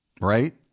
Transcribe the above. Right